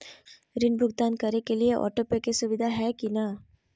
ऋण भुगतान करे के लिए ऑटोपे के सुविधा है की न?